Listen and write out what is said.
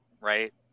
right